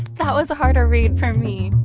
that was a harder read for me